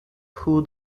who